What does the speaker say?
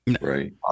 Right